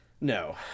No